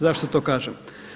Zašto to kažem?